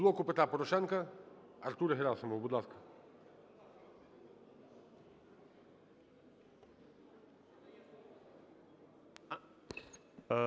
"Блоку Петра Порошенка" Артур Герасимов. Будь ласка.